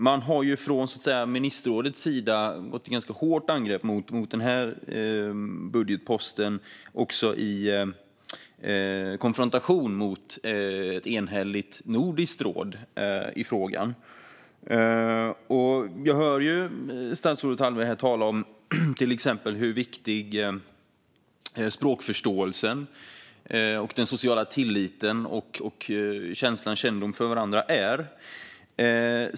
Man har från ministerrådets sida gått till ganska hårt angrepp mot denna budgetpost och i konfrontation mot ett enhälligt nordiskt råd i frågan. Jag hör statsrådet Hallberg här till exempel tala om hur viktig språkförståelsen, den sociala tilliten och kännedomen om varandra är.